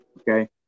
okay